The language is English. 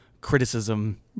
criticism